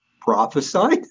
prophesied